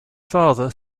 father